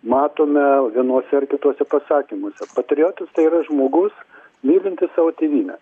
matome vienuose ar kituose pasakymuose patriotas tai yra žmogus mylintis savo tėvynę